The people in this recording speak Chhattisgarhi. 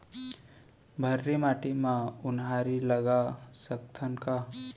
भर्री माटी म उनहारी लगा सकथन का?